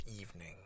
evening